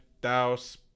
Douse